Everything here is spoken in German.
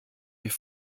wie